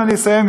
אני אסיים.